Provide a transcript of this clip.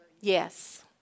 Yes